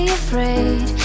afraid